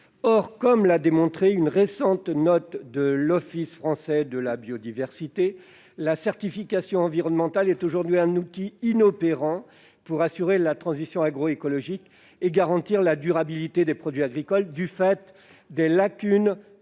Comme l'a démontré une récente note de l'Office français de la biodiversité (OFB), la certification environnementale est aujourd'hui un outil inopérant pour assurer la transition agroécologique et garantir la durabilité des produits agricoles, du fait des lacunes